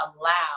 allow